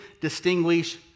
distinguish